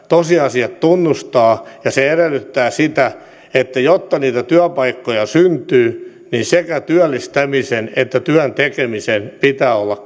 tosiasiat tunnustaa ja se edellyttää sitä että jotta niitä työpaikkoja syntyy niin sekä työllistämisen että työn tekemisen pitää olla